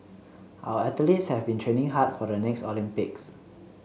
our athletes have been training hard for the next Olympics